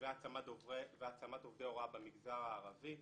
והעצמת עובדי הוראה במגזר הערבי,